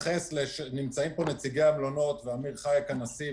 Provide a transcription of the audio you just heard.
נמצאים פה נציגי המלונות ואמיר חייק הנשיא,